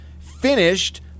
finished